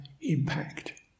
impact